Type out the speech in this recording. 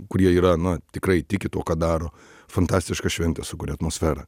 kurie yra na tikrai tiki tuo ką daro fantastišką šventę sukuria atmosferą